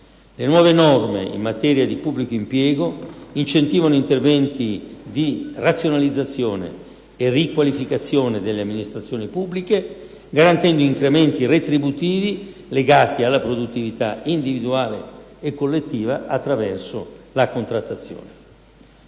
Le nuove norme in materia di pubblico impiego incentivano interventi di razionalizzazione e riqualificazione delle amministrazioni pubbliche garantendo incrementi retributivi legati alla produttività individuale e collettiva attraverso la contrattazione.